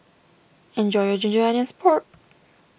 enjoy your Ginger Onions Pork